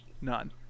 none